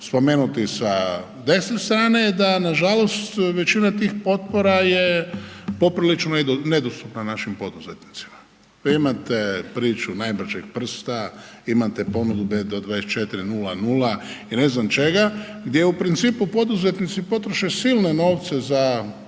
spomenuti sa desne strane je da nažalost većina tih potpora je poprilično nedostupna našim poduzetnicima. Imate priču najbržeg prsta, imate ponude do 24:00 i ne znam čega gdje u principu poduzetnici potroše silne novce za